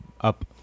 Up